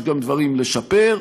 יש גם דברים לשפר,